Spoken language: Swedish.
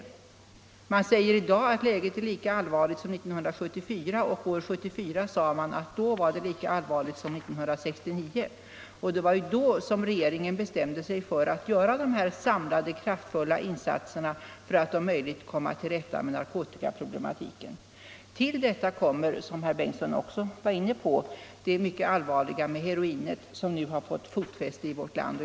Polisen säger i dag att läget är lika allvarligt som 1974, och 1974 sade den att det var lika allvarligt som 1969. Det var då regeringen bestämde sig för dessa samlade, kraftfulla insatser för att om möjligt komma till rätta med narkotikaproblematiken. Till detta kommer, som herr Bengtsson var inne på, det mycket allvarliga i att heroinet nu har fått fotfäste i vårt land.